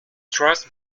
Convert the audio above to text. trust